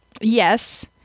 yes